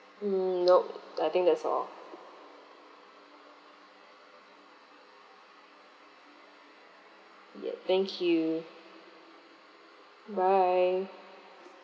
mm no I think that's all ya thank you bye